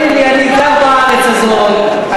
אני גר בארץ הזאת,